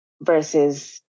versus